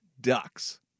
Ducks